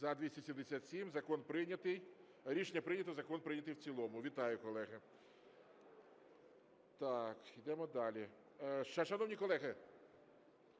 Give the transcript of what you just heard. Рішення прийнято. Закон прийнятий в цілому. Вітаю, колеги. Йдемо далі. Шановні колеги,